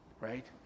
Right